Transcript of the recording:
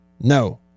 no